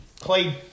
played